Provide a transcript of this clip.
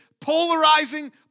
polarizing